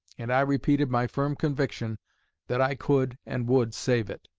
and i repeated my firm conviction that i could and would save it.